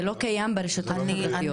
זה לא קיים ברשתות החברתיות.